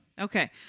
Okay